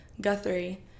Guthrie